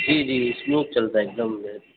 جی جی اسموتھ چلتا ہے ایک دم ویل